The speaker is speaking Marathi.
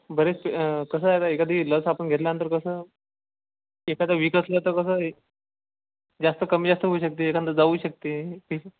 बरेच कसं आता एखादी लस आपण घेतल्यानंतर कसं एखादा वीक असला तर कसं जास्त कमी जास्त होऊ शकते एखादा जाऊ शकते